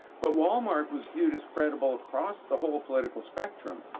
but walmart was viewed as credible across the whole political spectrum,